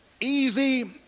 Easy